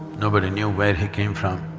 nobody knew where he came from,